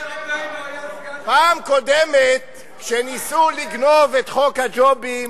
בפעם הקודמת, כשניסו לגנוב את חוק הג'ובים,